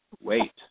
wait